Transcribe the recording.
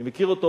אני מכיר אותו,